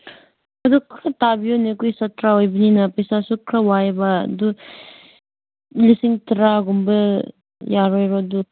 ꯑꯗꯨ ꯈꯔ ꯇꯥꯕꯤꯌꯨꯅꯦ ꯑꯩꯈꯣꯏ ꯁꯥꯠꯇ꯭ꯔ ꯑꯣꯏꯕꯅꯤꯅ ꯄꯩꯁꯥꯁꯨ ꯈꯔ ꯋꯥꯏꯕ ꯑꯗꯨ ꯂꯤꯁꯤꯡ ꯇꯔꯥꯒꯨꯝꯕ ꯌꯥꯔꯣꯏꯕ ꯑꯗꯨ